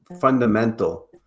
fundamental